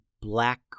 black